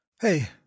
Hey